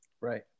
Right